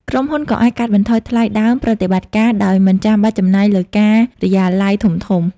ក្រុមហ៊ុនក៏អាច កាត់បន្ថយថ្លៃដើម ប្រតិបត្តិការ ដោយមិនចាំបាច់ចំណាយលើការិយាល័យធំៗ។